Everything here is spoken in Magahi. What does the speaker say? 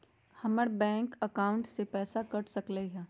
हमर बैंक अकाउंट से पैसा कट सकलइ ह?